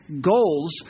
goals